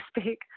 speak